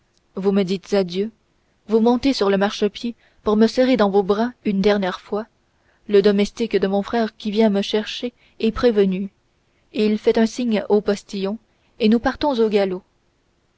vous me dites adieu vous montez sur le marchepied pour me serrer dans vos bras une dernière fois le domestique de mon frère qui vient me prendre est prévenu il fait un signe au postillon et nous partons au galop